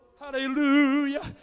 Hallelujah